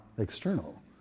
external